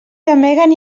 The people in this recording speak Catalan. gemeguen